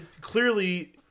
clearly